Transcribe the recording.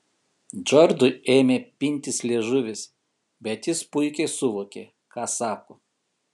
džordžui ėmė pintis liežuvis bet jis puikiai suvokė ką sako